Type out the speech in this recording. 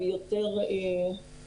והיא יותר מהותית,